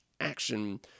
action